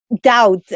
doubt